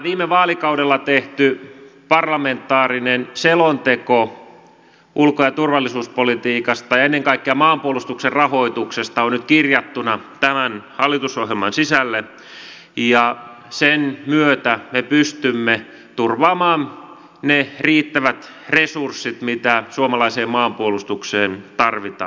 viime vaalikaudella tehty parlamentaarinen selonteko ulko ja turvallisuuspolitiikasta ja ennen kaikkea maanpuolustuksen rahoituksesta on nyt kirjattuna tämän hallitusohjelman sisälle ja sen myötä me pystymme turvaamaan ne riittävät resurssit mitä suomalaiseen maanpuolustukseen tarvitaan